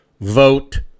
vote